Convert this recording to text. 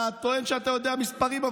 אתה טוען שאתה יודע מספרים,